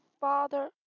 father